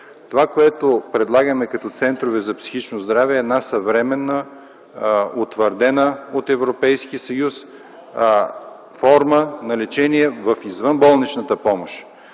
Това, което предлагаме като центрове за психично здраве, е съвременна, утвърдена от Европейския съюз форма на лечение в извънболничната помощ.